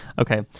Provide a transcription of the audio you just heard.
Okay